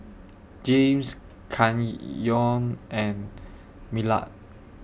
James Canyon and Millard